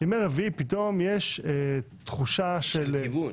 בימי רביעי יש תחושה של גיוון.